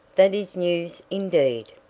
that is news indeed!